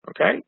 Okay